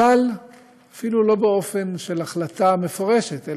אפילו לא באופן של החלטה מפורשת,